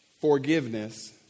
forgiveness